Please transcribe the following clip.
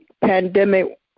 pandemic